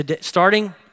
Starting